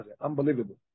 Unbelievable